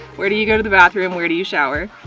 where do you go to the bathroom? where do you shower?